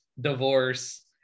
divorce